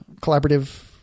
collaborative